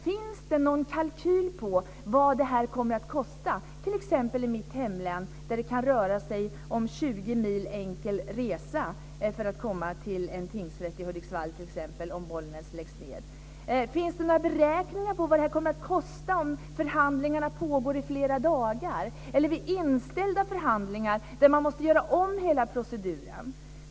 Finns det någon kalkyl på vad det här kommer att kosta i t.ex. mitt hemlän, där det kan röra sig om 20 mil enkel resa för att komma till en tingsrätt i t.ex. Hudiksvall, om den i Bollnäs läggs ned? Finns det några beräkningar på vad det kommer att kosta om förhandlingarna pågår i flera dagar eller vid inställda förhandlingar, där man måste göra om hela proceduren?